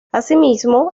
asimismo